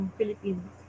Philippines